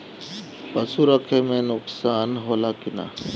पशु रखे मे नुकसान होला कि न?